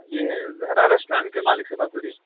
یہ زہرا ریسٹورینٹ کے مالک سے بات ہو رہی ہے